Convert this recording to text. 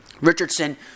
Richardson